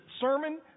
sermon